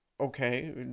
Okay